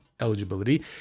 eligibility